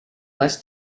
less